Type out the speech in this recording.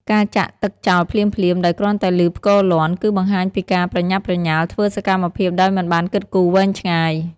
ការចាក់ទឹកចោលភ្លាមៗដោយគ្រាន់តែឮផ្គរលាន់ គឺបង្ហាញពីការប្រញាប់ប្រញាល់ធ្វើសកម្មភាពដោយមិនបានគិតគូរវែងឆ្ងាយ។